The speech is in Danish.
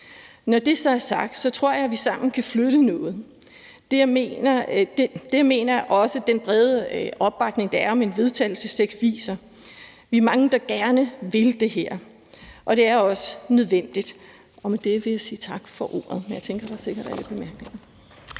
Når det så er sagt, tror jeg, vi sammen kan flytte noget, og det mener jeg også den brede opbakning, der er til en vedtagelsestekst, viser. Vi er mange, der gerne vil det her, og det er også nødvendigt. Med det vil jeg sige tak for ordet. Kl. 17:21 Den fg. formand (Birgitte